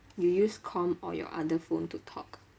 you use comp or your other phone to talk